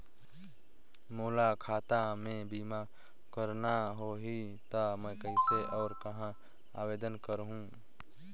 मोला खाता मे बीमा करना होहि ता मैं कइसे और कहां आवेदन करहूं?